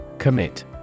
Commit